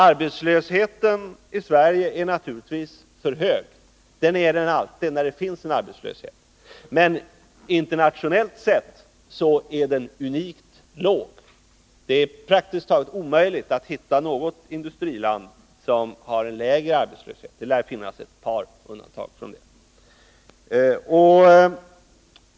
Arbetslösheten i Sverige är naturligtvis för hög — det är den alltid när det finns en arbetslöshet — men internationellt sett är den unikt låg. Det är praktiskt taget omöjligt att hitta något industriland som har en lägre arbetslöshet; det lär finnas ett par undantag.